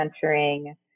centering